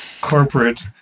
corporate